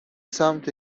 سمت